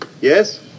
Yes